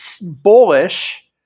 bullish